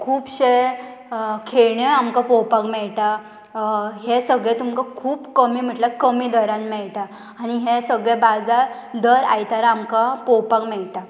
खुबशे खेळण्यो आमकां पळोवपाक मेळटा हे सगळे तुमकां खूब कमी म्हटल्यार कमी दरान मेळटा आनी हे सगळे बाजार दर आयतारा आमकां पळोवपाक मेळटा